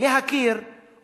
להכיר,